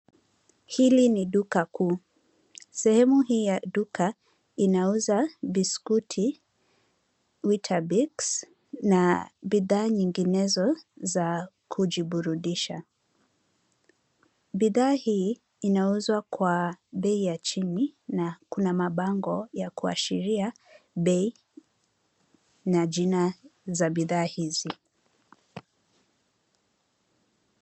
Hili ni duka kuu, sehemu hii ya duka inauza biskuti, weetabix na bidhaa nyinginezo za kujiburudisha. Bidhaa hii, inauzwa kwa bei ya chini na kuna mabango ya kuashiria bei na jina za bidhaa hizi.